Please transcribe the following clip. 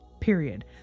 period